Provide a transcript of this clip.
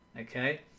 okay